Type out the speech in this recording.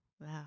Wow